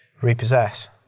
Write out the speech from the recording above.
repossess